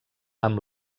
amb